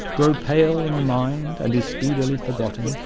grow pale in the mind, and is speedily forgotten,